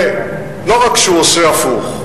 ולא רק שהוא עושה הפוך,